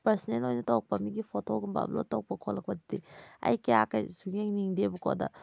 personal ꯑꯣꯏꯅ ꯇꯧꯔꯛꯄ ꯃꯤꯒꯤ ꯐꯣꯇꯣꯒꯨꯝꯕ ꯑꯞꯂꯣꯗ ꯇꯧꯔꯛꯄ ꯈꯣꯠꯂꯛꯄꯗꯗꯤ ꯑꯩ ꯀꯌꯥ ꯁꯨꯡꯌꯦꯡ ꯌꯦꯡꯗꯦꯕꯀꯣ ꯑꯗ